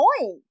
point